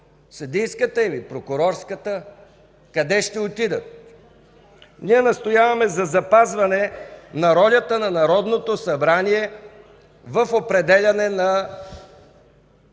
съдийската или прокурорската? Къде ще отидат? Ние настояваме за запазване на ролята на Народното събрание в определяне на